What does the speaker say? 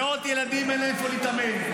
למאות ילדים אין איפה להתאמן.